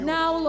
now